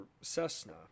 Cessna